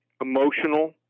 emotional